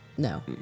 No